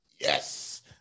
Yes